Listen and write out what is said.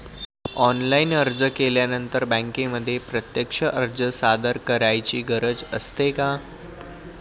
Online अर्ज केल्यानंतर बँकेमध्ये प्रत्यक्ष अर्ज सादर करायची गरज असते का?